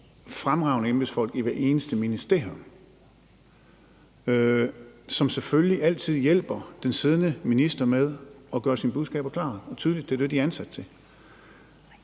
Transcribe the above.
fremragende embedsfolk i hvert eneste ministerium, som selvfølgelig altid hjælper den siddende minister med at gøre ministerens budskaber klare og tydelige – det er det, de er ansat til.